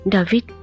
David